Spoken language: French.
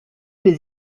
les